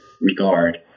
regard